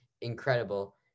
incredible